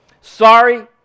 Sorry